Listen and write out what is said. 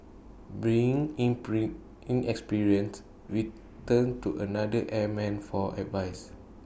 being inexperienced we turned to another airman for advice